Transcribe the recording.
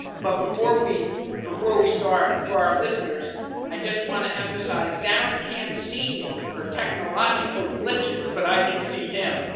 but before we before we start, for our listeners i just want to emphasize, darren can't see me for technological glitches, but i can see him.